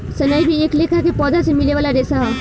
सनई भी एक लेखा के पौधा से मिले वाला रेशा ह